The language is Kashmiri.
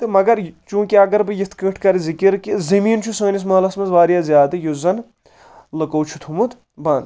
تہٕ مگر یہِ چوٗنٛکہِ اگر بہٕ یِتھ کٔنۍ کرٕ ذکِر کہِ زٔمیٖن چھُ سٲنِس محلس منٛز واریاہ زیادٕ یُس زن لُکو چھُ تھوٚومُت بنٛد